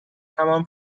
همان